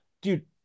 Dude